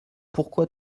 pourquoi